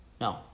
no